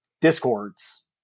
discords